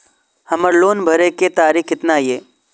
हमर लोन भरे के तारीख केतना ये?